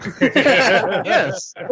Yes